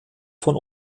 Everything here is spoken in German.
von